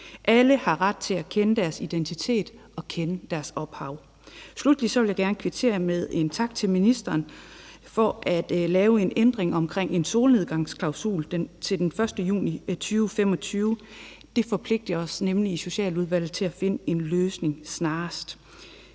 Alle har ret til at kende deres identitet og deres ophav. Sluttelig vil jeg gerne kvittere med en tak til ministeren for at have lavet en ændring og indført en solnedgangsklausul til den 1. juni 2025. Det forpligter nemlig os i Socialudvalget til at finde en løsning snarest.